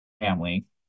family